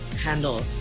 handle